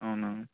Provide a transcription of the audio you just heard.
అవునా